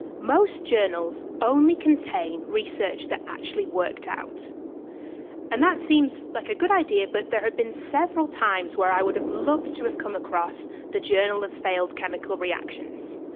most journals only contain research that actually worked out and that seems like a good idea, but there have been several times where i would have loved to have come across the journal of failed chemical reactions.